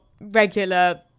regular